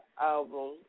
album